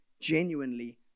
genuinely